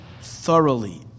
Thoroughly